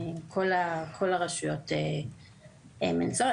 כל הרשויות עם ניצול .